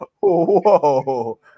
whoa